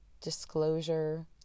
disclosure